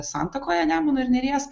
santakoje nemuno ir neries